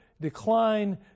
decline